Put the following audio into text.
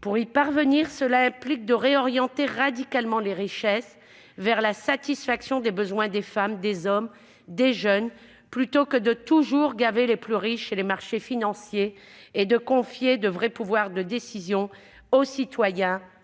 Pour y parvenir, il nous faut réorienter radicalement les richesses vers la satisfaction des besoins des femmes, des hommes et des jeunes, plutôt que de toujours engraisser les plus riches et les marchés financiers, et confier de vrais pouvoirs de décision aux citoyens